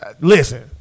listen